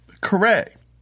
Correct